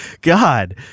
god